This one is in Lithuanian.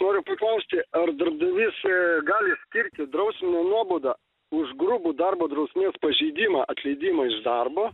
noriu paklausti ar darbdavys gali skirti drausminę nuobaudą už grubų darbo drausmės pažeidimą atleidimą iš darbo